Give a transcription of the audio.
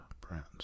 brands